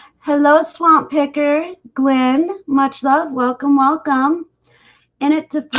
hello swamp picker glen much-loved. welcome, welcome in it